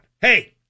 Hey